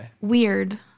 Weird